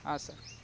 Han sir